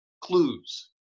clues